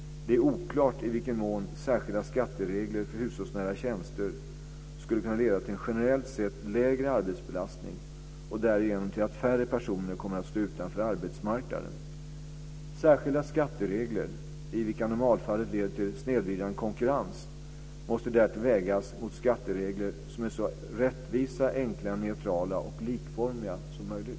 Det är oklart i vilken mån särskilda skatteregler för hushållsnära tjänster skulle kunna leda till en generellt sett lägre arbetsbelastning och därigenom till att färre personer kommer att stå utanför arbetsmarknaden. Särskilda skatteregler, vilka i normalfallet leder till snedvridande konkurrens, måste därtill vägas mot skatteregler som är så rättvisa, enkla, neutrala och likformiga som möjligt.